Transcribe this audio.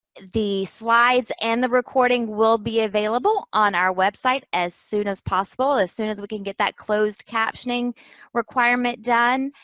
the slides and the recording will be available on our website as soon as possible, as soon as we can get that closed captioning requirement done.